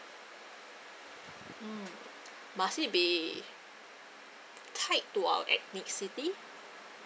mm must it be tied to our ethnicity